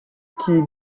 que